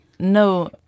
No